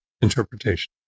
interpretation